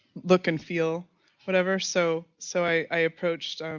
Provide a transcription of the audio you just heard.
look and feel whatever so so i approached